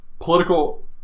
political